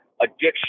addiction